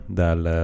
dal